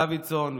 דוידסון,